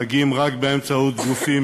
מגיעים רק באמצעות גופים,